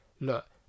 Look